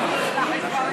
אתה לא יכול להתרכז בדיבור.